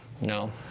No